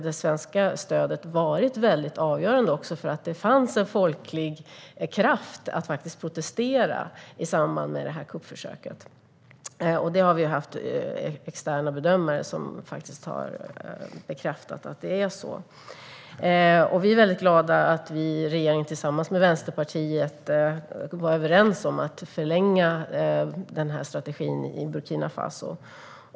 Det svenska stödet har också varit väldigt avgörande i fråga om att det fanns en folklig kraft när det gällde att protestera i samband med kuppförsöket. Det är externa bedömare som har bekräftat att det är så. Vi är väldigt glada åt att vi i regeringen tillsammans med Vänsterpartiet var överens om att förlänga strategin i Burkina Faso.